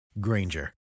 granger